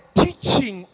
teaching